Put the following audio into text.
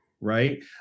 right